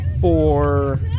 four